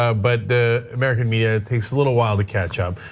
ah but the american media takes a little while to catch up.